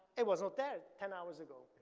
it was not there ten hours ago.